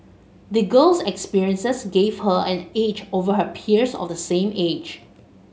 the girl's experiences gave her an edge over her peers of the same age